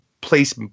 place